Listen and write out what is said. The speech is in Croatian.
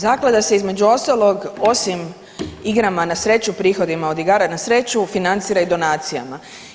Zaklada se između ostalog osim igrama na sreću, prihodima od igara na sreću financira i donacijama.